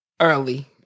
early